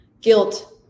guilt